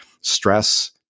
stress